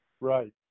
Right